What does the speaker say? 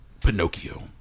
Pinocchio